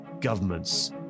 Governments